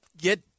get –